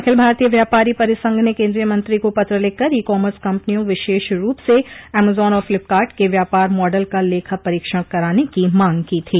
अखिल भारतीय व्यापारी परिसंघ ने केन्द्रीय मंत्री को पत्र लिखकर ई कॉमर्स कंपनियों विशेष रूप से एमजॉन और फ्लिपकार्ट के व्यापार मॉडल का लेखा परीक्षण कराने की मांग की थी